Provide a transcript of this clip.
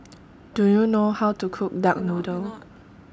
Do YOU know How to Cook Duck Noodle